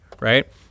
right